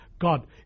God